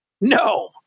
No